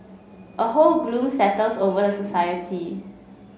a whole gloom settles over the society